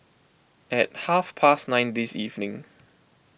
at half past nine this evening